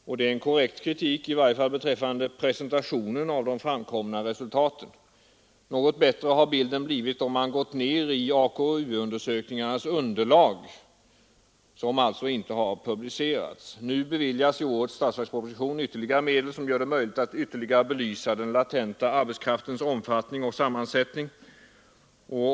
Den kritiken är korrekt, i varje fall när det gäller presentationen av de framkomna resultaten. Något bättre har bilden blivit om man gått ner till AKU-undersökningarnas underlag, som alltså inte har publicerats. I årets statsverksproposition föreslås ytterligare medel, som gör det möjligt att bättre belysa den latent arbetssökande arbetskraftens omfattning och sammansättning.